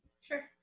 Sure